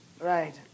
Right